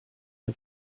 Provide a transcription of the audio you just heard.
der